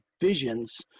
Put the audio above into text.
visions